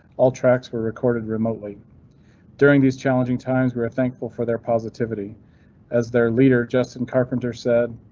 all tracks were recorded remotely during these challenging times. we're thankful for their positive iti as their leader, justin carpenter, said.